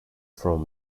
from